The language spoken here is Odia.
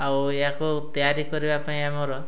ଆଉ ଏହାକୁ ତିଆରି କରିବା ପାଇଁ ଆମର